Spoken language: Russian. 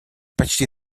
почти